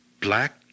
Black